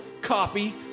coffee